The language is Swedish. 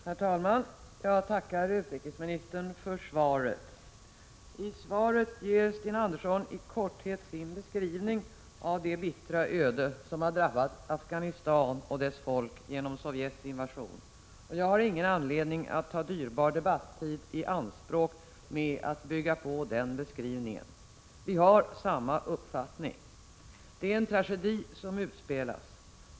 Herr talman! Jag tackar utrikesministern för svaret. I svaret ger Sten Andersson i korthet sin beskrivning av det bittra öde som drabbat Afghanistan och dess folk genom Sovjets invasion. Jag har ingen anledning att ta dyrbar debattid i anspråk med att bygga på den beskrivningen. Vi har samma uppfattning. Det är en tragedi som utspelas.